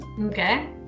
Okay